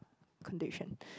condition